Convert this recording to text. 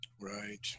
Right